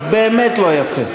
באמת לא יפה.